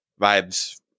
vibes